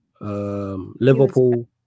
Liverpool